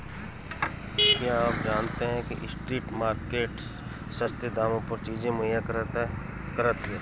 क्या आप जानते है स्ट्रीट मार्केट्स सस्ते दामों पर चीजें मुहैया कराती हैं?